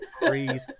breathe